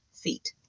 feet